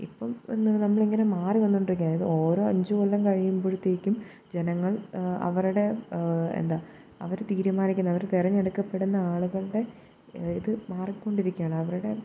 ഇപ്പം നമ്മളിങ്ങനെ മാറി വന്നു കൊണ്ടിരിക്കുവാണ് ഓരോ അഞ്ച് കൊല്ലം കഴിയുമ്പോഴത്തേക്കും ജനങ്ങൾ അവരുടെ എന്താ അവർ തീരുമാനിക്കുന്നത് അവർ തിരഞ്ഞെടുക്കപ്പെടുന്ന ആളുകളുടെ ഇതു മാറിക്കൊണ്ടിരിക്കുകയാണ് അവരുടെ